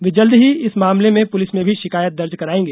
वे जल्द ही इस मामले में पुलिस में भी शिकायत दर्ज कराएंगे